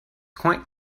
quite